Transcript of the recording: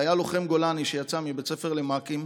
חייל לוחם גולני שיצא מבית ספר למ"כים,